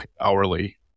hourly